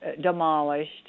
demolished